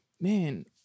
Man